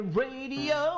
radio